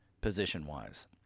position-wise